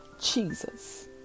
Jesus